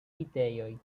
vitejoj